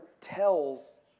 tells